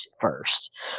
first